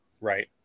right